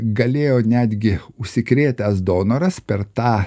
galėjo netgi užsikrėtęs donoras per tą